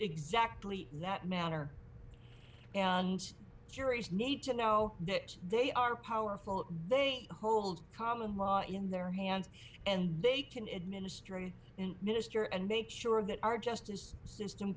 exactly that manner and juries need to know that they are powerful they hold common law in their hands and they can administer it and minister and make sure that our justice system